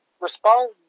respond